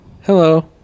hello